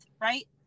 right